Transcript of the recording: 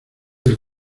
del